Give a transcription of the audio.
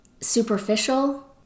superficial